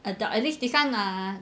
adult at least this one ah